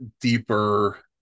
deeper